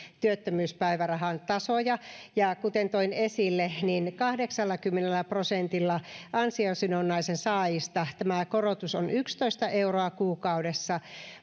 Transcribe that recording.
työttömyyspäivärahan tasoja ja kuten toin esille kahdeksallakymmenellä prosentilla ansiosidonnaisen saajista tämä korotus on yksitoista euroa kuukaudessa